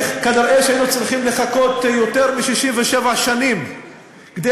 כנראה היינו צריכים לחכות יותר מ-67 שנים כדי